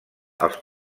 als